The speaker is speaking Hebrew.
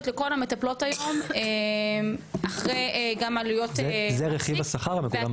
לכל המטפלות היום אחרי גם עלויות -- זה רכיב השכר המגולם.